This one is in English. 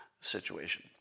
situation